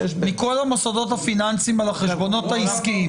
מכל המוסדות הפיננסיים והחשבונות העסקיים.